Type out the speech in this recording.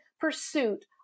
pursuit